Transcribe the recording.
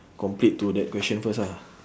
complete to that question first ah